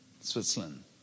Switzerland